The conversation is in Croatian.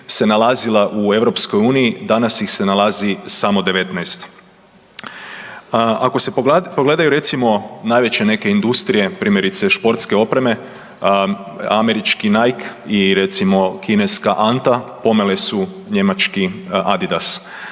se nalazila u EU, danas ih se nalazi samo 19. Ako se pogledaju, recimo najveće neke industrije, primjerice, športske opreme, američki Nike i recimo, kineska Anta pomeli su njemački Adidas